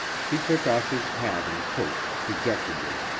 he took off his hat and coat dejectedly.